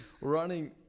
running